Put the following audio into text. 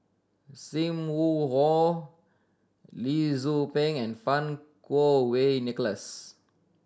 Sim Wong Hoo Lee Tzu Pheng and Fang Kuo Wei Nicholas